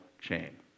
chain